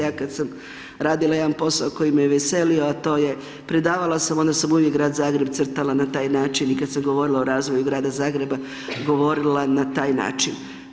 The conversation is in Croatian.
Ja kad sam radila jedan posao koji me je veselio a to je predavala sam, onda sam uvijek grad Zagreb crtala na taj način i kad sam govorila o razviju grada Zagreba, govorila na taj način.